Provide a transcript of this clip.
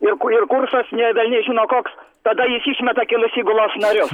ir kur ir kursas ne velniai žino koks tada jis išmeta kelis įgulos narius